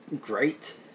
great